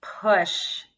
push